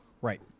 Right